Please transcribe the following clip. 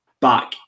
back